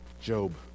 Job